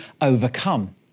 overcome